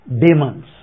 demons